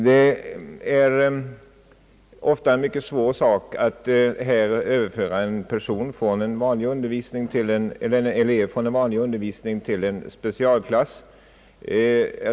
Det är ofta en mycket känslig sak att överföra en elev från vanlig undervisning till en specialklass.